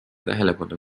tähelepanu